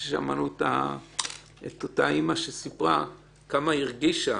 כששמענו את אותה אימא שסיפרה כמה היא הרגישה